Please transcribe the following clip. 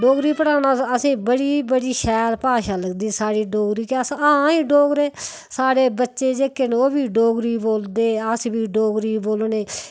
डोगरी पढ़ाना असें बड़ी बड़ी शैल भाशा लगदी साढ़ी डोगरी च हां अस डोगरे साढ़े बच्चे जेह्के न ओह् बी डोगरी बोलदे अस बी डोगरी बोलने